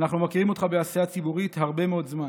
אנחנו מכירים אותך בעשייה ציבורית הרבה מאוד זמן.